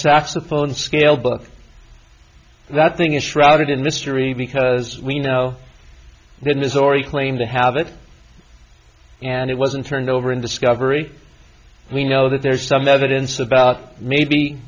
saxophone scale but that thing is shrouded in mystery because we know that ms henri claimed to have it and it wasn't turned over in discovery we know that there's some evidence about maybe